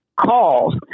calls